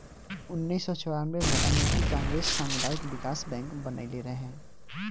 उनऽइस सौ चौरानबे में अमेरिकी कांग्रेस सामुदायिक बिकास बैंक बनइले रहे